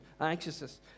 anxiousness